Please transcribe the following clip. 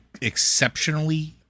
exceptionally